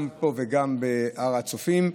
גם פה וגם בהר הצופים,